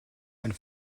and